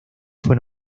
fue